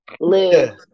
live